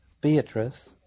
Beatrice